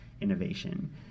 innovation